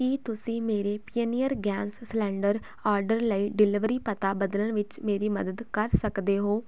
ਕੀ ਤੁਸੀਂ ਮੇਰੇ pioneer gas cylinder order ਲਈ ਡਿਲਿਵਰੀ ਪਤਾ ਬਦਲਣ ਵਿੱਚ ਮੇਰੀ ਮਦਦ ਕਰ ਸਕਦੇ ਹੋ